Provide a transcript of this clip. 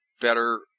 better